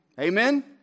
Amen